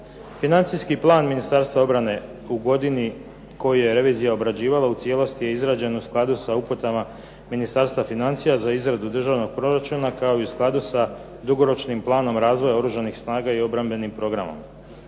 Financijski plan Ministarstva obrane u godini koju je revizija obrađivala u cijelosti je izrađen u skladu sa uputama Ministarstva financija za izradu državnog proračuna kao i u skladu sa dugoročnim planom razvoja Oružanih snaga i obrambenim programom.